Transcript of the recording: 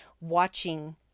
watching